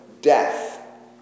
death